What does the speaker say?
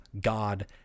God